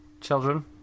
Children